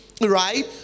right